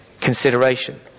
consideration